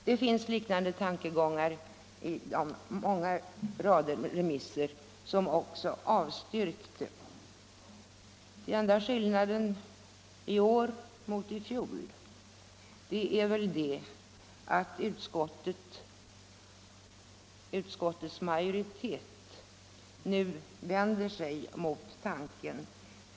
Det finns liknande tankegångar i många av de andra remissyttrandena i den långa rad som avstyrkte förslaget. Enda skillnaden i år mot i fjol är väl att utskottets majoritet nu vänder sig mot tanken.